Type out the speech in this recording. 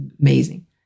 amazing